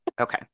Okay